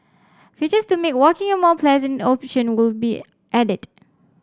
features to make walking a more pleasant option will be added